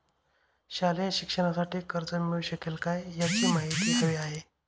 शालेय शिक्षणासाठी कर्ज मिळू शकेल काय? याची माहिती हवी आहे